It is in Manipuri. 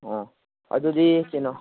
ꯑꯣ ꯑꯗꯨꯗꯤ ꯀꯩꯅꯣ